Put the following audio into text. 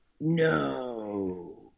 No